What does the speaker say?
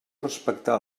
respectar